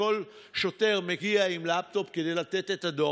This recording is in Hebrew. וכל שוטר יגיע עם לפטופ כדי לתת את הדוח.